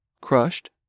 crushed